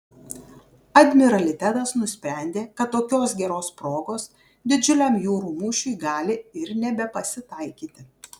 admiralitetas nusprendė kad tokios geros progos didžiuliam jūrų mūšiui gali ir nebepasitaikyti